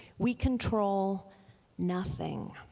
we control nothing.